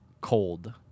cold